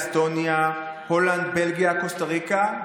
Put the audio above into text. אסטוניה,